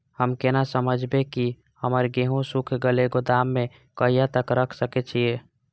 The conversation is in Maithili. हम केना समझबे की हमर गेहूं सुख गले गोदाम में कहिया तक रख सके छिये?